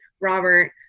Robert